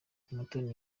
umutoni